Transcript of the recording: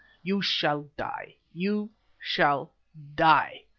you shall die, you shall die,